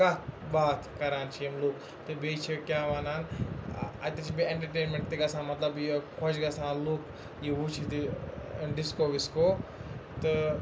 کَتھ باتھ کَران چھِ یِم لُکھ تہٕ بیٚیہِ چھِ کیٛاہ وَنان اَتہِ چھِ بیٚیہِ اٮ۪نٹَرٹینمٮ۪نٛٹ تہِ گژھان مطلب یہِ خۄش گژھان لُکھ یہِ وٕچھِتھ تہِ ڈِسکو وِسکو تہٕ